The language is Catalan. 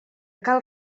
cal